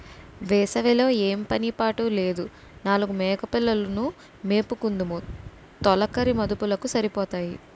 వేసవి లో ఏం పని పాట లేదు నాలుగు మేకపిల్లలు ను మేపుకుందుము తొలకరి మదుపులకు సరిపోతాయి